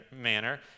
manner